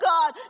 God